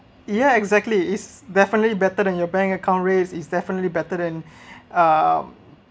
ya exactly is definitely better than your bank account rate is definitely better than um